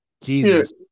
Jesus